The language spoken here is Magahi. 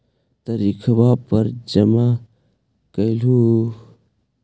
तरिखवे पर जमा करहिओ?